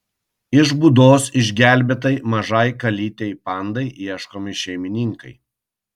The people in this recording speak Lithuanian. iš būdos išgelbėtai mažai kalytei pandai ieškomi šeimininkai